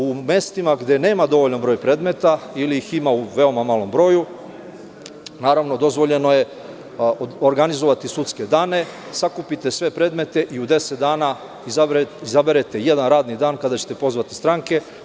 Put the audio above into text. U mestima gde nema dovoljnog broja predmeta ili ih ima veoma malom broju, naravno, dozvoljeno je organizovati sudske dane, sakupiti sve predmete i u deset dana izaberete jedna radni dan kada ćete pozvati stranke.